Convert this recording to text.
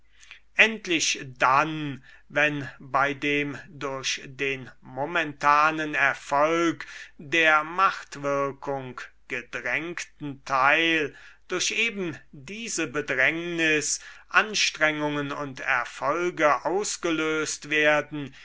endlich dann wenn bei dem durch den momentanen erfolg der machtwirkung bedrängten teil durch eben diese bedrängnis anstrengungen und erfolge ausgelöst werden